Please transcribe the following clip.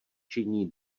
činí